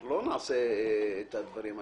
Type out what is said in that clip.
אנחנו לא נעשה את הדברים האלה.